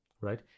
right